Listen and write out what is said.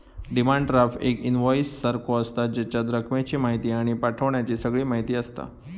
demand draft एक invoice सारखो आसता, जेच्यात रकमेची म्हायती आणि पाठवण्याची सगळी म्हायती आसता